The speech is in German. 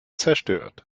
zerstört